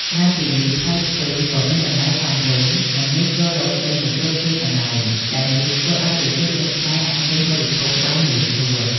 ក្រៅពីនេះ ផ្លែស្ពឺក៏មានតម្លៃសមរម្យ និងងាយស្រួលរកទិញនៅគ្រប់ទីកន្លែង ដែលនេះធ្វើឱ្យប្រជាជនខ្មែរអាចទិញបរិភោគបានងាយស្រួល។